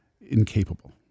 incapable